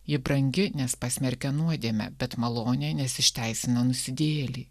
ji brangi nes pasmerkia nuodėmę bet malonę nes išteisina nusidėjėlį